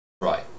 right